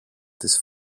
της